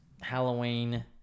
Halloween